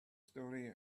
story